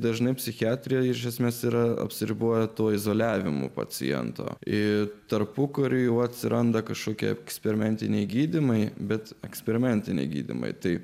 dažnai psichiatriją iš esmės yra apsiribojama tuo izoliavimu paciento ir tarpukariu jau atsiranda kažkokia eksperimentiniai gydymai bet eksperimentiniam gydymui tai